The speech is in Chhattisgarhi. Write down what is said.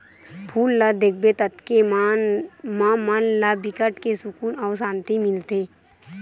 फूल ल देखबे ततके म मन ला बिकट के सुकुन अउ सांति मिलथे